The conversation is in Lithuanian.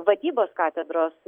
vadybos katedros